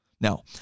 Now